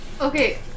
Okay